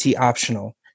optional